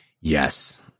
Yes